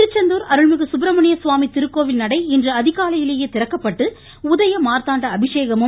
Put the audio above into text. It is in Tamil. திருச்செந்தூர் அருள்மிகு சுப்பிரமணியம் சுவாமி திருக்கோவில் நடை இன்று அதிகாலையிலேயே திறக்கப்பட்டு உதய மார்த்தாண்ட அபிஷேகமும்